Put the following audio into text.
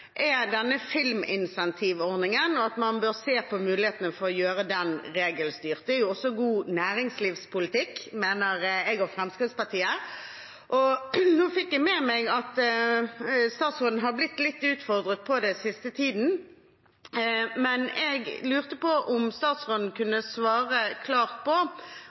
er filminsentivordningen, og at man bør se på muligheten til å gjøre den regelstyrt. Det er også god næringslivspolitikk, mener jeg og Fremskrittspartiet. Nå fikk jeg med meg at statsråden har blitt litt utfordret på det den siste tiden, men jeg lurte på om statsråden kunne svare klart på